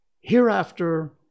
Hereafter